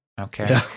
Okay